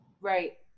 Right